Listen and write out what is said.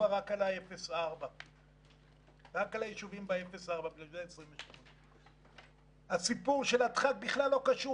ומדובר רק על היישובים ב-0 4. הסיפור של הדחק בכלל לא קשור,